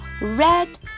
red